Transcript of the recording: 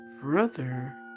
brother